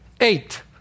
Eight